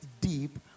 deep